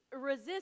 resist